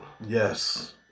Yes